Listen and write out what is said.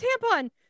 tampon